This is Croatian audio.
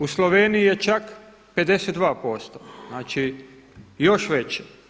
U Sloveniji je čak 52%, znači još veći.